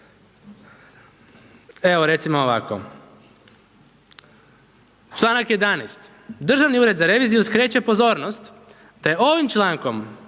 Evo recimo ovako, članak 11. Državni ured za reviziju skreće pozornost da je ovim člankom